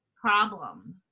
problem